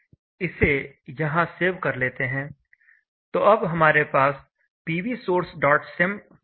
इसे यहां सेव कर लेते हैं तो अब हमारे पास PVsourcesym फाइल है